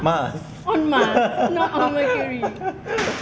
mars